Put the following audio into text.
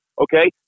Okay